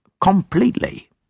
completely